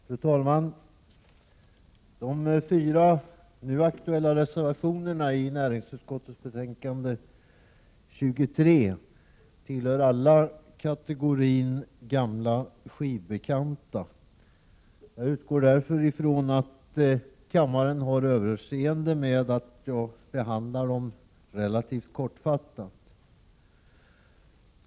Fru talman! De fyra nu aktuella reservationerna i näringsutskottets betänkande 23 tillhör alla kategorin gamla skivbekanta. Jag utgår därför ifrån att kammaren har överseende med att jag behandlar dem kortfattat.